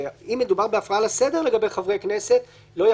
שיהיו עוד חברי כנסת מטעם סיעות הקואליציה שיוכלו לפעול בוועדות,